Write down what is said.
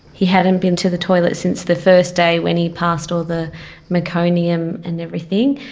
he hadn't been to the toilet since the first day when he passed all the meconium and everything,